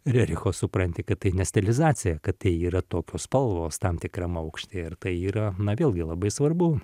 rericho supranti kad tai ne stilizacija kad tai yra tokios spalvos tam tikram aukšty ir tai yra na vėlgi labai svarbu